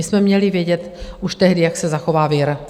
My jsme měli vědět už tehdy, jak se zachová vir!